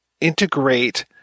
integrate